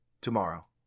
tomorrow